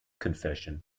confession